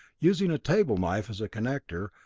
using a table knife as a connector,